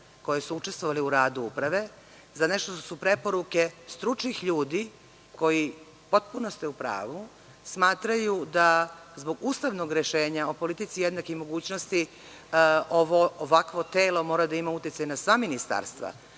koje su učestvovale u radu uprave, za nešto što su preporuke stručnih ljudi koji, potpuno ste u pravu, smatraju da zbog ustanog rešenja o politici jednakih mogućnosti, ovo ovakvo telo mora da ima uticaj na sva ministarstva. Dakle,